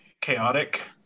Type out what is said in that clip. chaotic